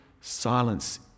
silence